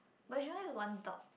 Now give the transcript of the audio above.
but she only have one dog